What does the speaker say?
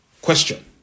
Question